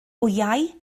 wyau